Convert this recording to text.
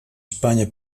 spagna